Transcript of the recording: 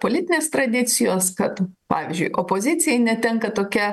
politinės tradicijos kad pavyzdžiui opozicijai netenka tokia